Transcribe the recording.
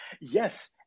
Yes